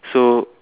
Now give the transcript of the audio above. so